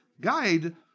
Guide